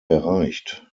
erreicht